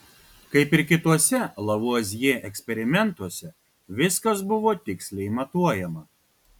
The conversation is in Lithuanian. kaip ir kituose lavuazjė eksperimentuose viskas buvo tiksliai matuojama